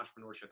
entrepreneurship